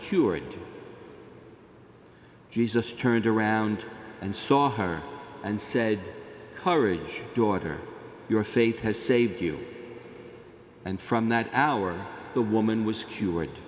cured jesus turned around and saw her and said courage daughter your faith has saved you and from that hour the woman was